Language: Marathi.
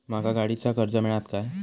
माका गाडीचा कर्ज मिळात काय?